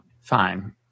Fine